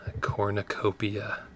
cornucopia